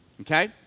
Okay